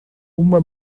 uma